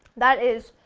that is